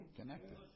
Connected